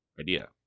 idea